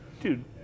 Dude